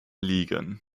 liegen